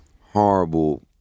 horrible